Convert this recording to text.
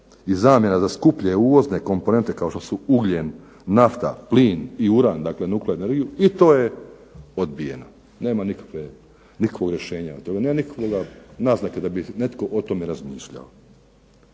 i zamjena za skuplje uvozne komponente kao što su ugljen, nafta, plin i uran. Dakle, .../Govornik se ne razumije./... i to je odbijeno. Nema nikakvog rješenja, nema nikakve naznake da bi netko o tome razmišljao.